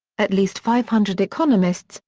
at least five hundred economists,